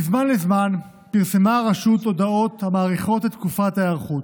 מזמן לזמן פרסמה הרשות הודעות המאריכות את תקופת ההיערכות.